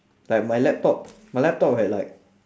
like my laptop my laptop had like